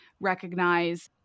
recognize